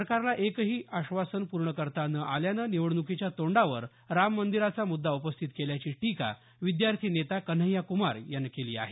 सरकारला एकही आश्वासन पूर्ण करता न आल्यानं निवडणुकीच्या तोंडावर राम मंदिराचा मुद्दा उपस्थित केल्याची टीका विद्यार्थी नेता कन्हय्या कुमार यांनी केली आहे